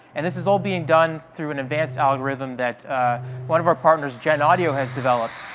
and this is all being done through an advanced algorithm that one of our partners, genaudio has developed.